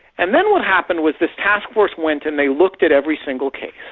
and then what happened was this task force went and they looked at every single case,